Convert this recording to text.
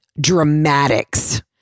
Dramatics